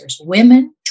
women